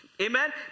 Amen